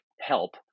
help